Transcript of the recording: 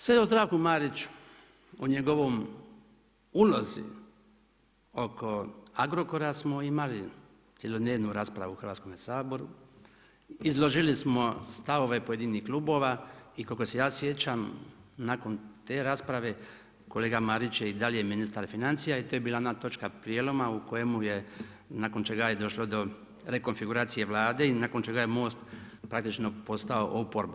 Sve o Zdravku Mariću, o njegovom ulozi, oko Agrokora smo imali cjelodnevnu raspravu u Hrvatskome saboru, izložili smo stavove pojedinih klubova i koliko se ja sjećam nakon te rasprave kolega Marić je i dalje ministar financija i to je bila ona točka prijeloma u kojemu je, nakon čega je došlo do rekonfiguracije Vlade i nakon čega je MOST praktično postao oporba.